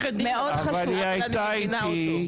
אבל היא הייתה איתי.